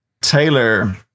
Taylor